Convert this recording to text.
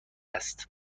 است